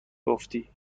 گفتی